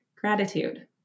gratitude